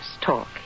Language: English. talk